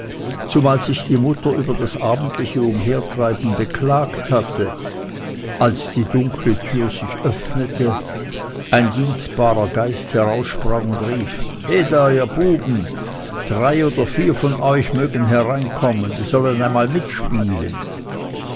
zumal sich die mutter über das abendliche umhertreiben beklagt hatte als die dunkle tür sich öffnete ein dienstbarer geist heraussprang und rief heda ihr buben drei oder vier von euch mögen hereinkommen die sollen einmal mitspielen